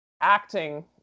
acting